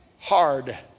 hard